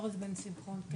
אני